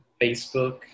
Facebook